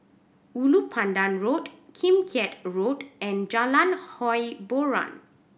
Ulu Pandan Road Kim Keat Road and Jalan Hiboran